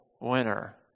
winner